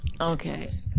Okay